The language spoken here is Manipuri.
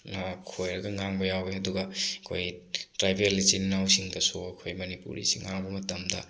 ꯈꯣꯏꯔꯒ ꯉꯥꯡꯕ ꯌꯥꯎꯋꯤ ꯑꯗꯨꯒ ꯑꯩꯈꯣꯏ ꯇ꯭ꯔꯥꯏꯕꯦꯜ ꯏꯆꯤꯟ ꯏꯅꯥꯎꯁꯤꯡꯗꯁꯨ ꯑꯩꯈꯣꯏ ꯃꯅꯤꯄꯨꯔꯤꯁꯦ ꯉꯥꯡꯕ ꯃꯇꯝꯗ